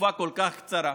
בתקופה כל כך קצרה.